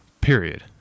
period